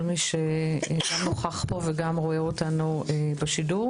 מי שגם נוכח פה וגם רואה אותנו בשידור,